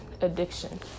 addiction